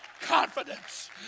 confidence